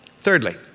Thirdly